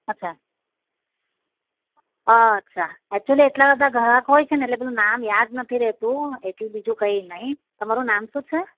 અચ્છા અચ્છા એચયુલી એટલા બધા ઘરાક હોય છે ને એટલે પેલું નામ યાદ નથી રહેતું એટલે બીજું કંઈ નહીં તમારું નામ શું છે